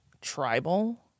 tribal